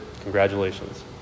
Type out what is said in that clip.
congratulations